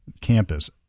campus